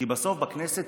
כי בסוף בכנסת